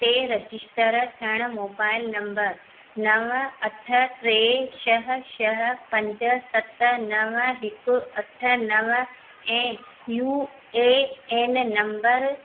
ते रजिस्टर थियण mobile number नव अठ टे छह छह पंज सत नव हिक अठ नव ऐं यू ए एन नंबर